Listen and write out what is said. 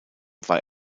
war